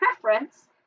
preference